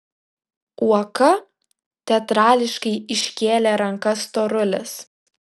uoka teatrališkai iškėlė rankas storulis